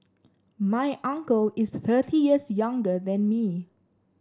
my uncle is thirty years younger than me